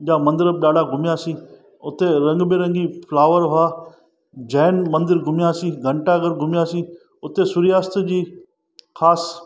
उनजा मंदिर बि ॾाढा घुमयासी उते रंग बिरंगी फ्लावर हुआ जैन मंदिर घुमयासीं घंटा घर घुमयासीं उते सुर्यास्त जी ख़ासि